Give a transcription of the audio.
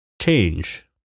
change